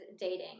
dating